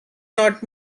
not